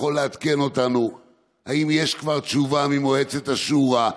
יכול לעדכן אותנו אם יש כבר תשובה ממועצת השורא?